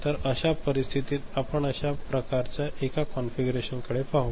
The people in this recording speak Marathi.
तर अशा परिस्थितीत आपण अशा प्रकारच्या एका कॉन्फिगरेशनकडे पाहू